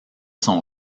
son